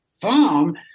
farm